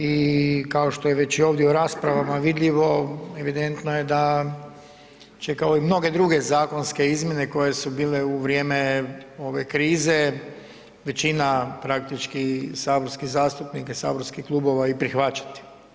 I kao što je već i ovdje u raspravama vidljivo, evidentno je da će kao i mnoge druge zakonske izmjene koje su bile u vrijeme ove krize, većina praktički saborskih zastupnika i saborskih klubova i prihvaćati.